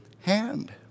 hand